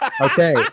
okay